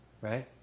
right